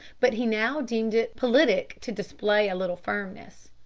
but he now deemed it politic to display a little firmness.